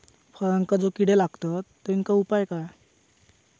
फळांका जो किडे लागतत तेनका उपाय काय?